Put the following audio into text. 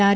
R